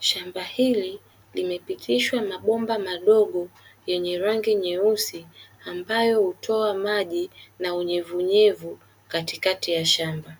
Shamba hili limepitishwa mabomba madogo yenye rangi nyeusi, ambayo hutoa maji na unyevunyevu katikati ya shamba.